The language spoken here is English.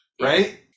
Right